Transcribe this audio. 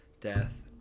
death